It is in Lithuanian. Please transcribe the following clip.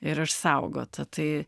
ir išsaugota tai